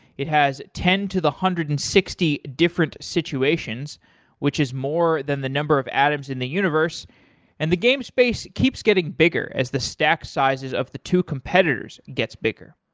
it has ten to the one hundred and sixty different situations which is more than the number of atoms in the universe and the game space keeps getting bigger as the stack sizes of the two competitors gets bigger.